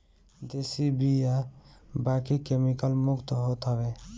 देशी बिया बाकी केमिकल मुक्त होत हवे